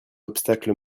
obstacle